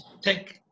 take